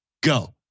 Go